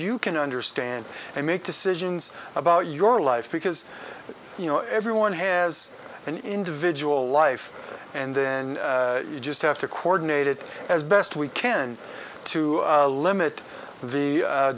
you can understand and make decisions about your life because you know everyone has an individual life and then you just have to coordinate it as best we can to limit the